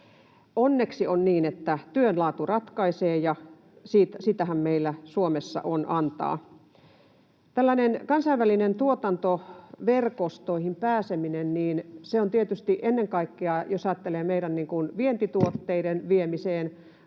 Onneksi on niin, että työn laatu ratkaisee, ja sitähän meillä Suomessa on antaa. Tällainen kansainvälisiin tuotantoverkostoihin pääseminen on tietysti ennen kaikkea meidän vientituotteiden viemiseen